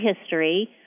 history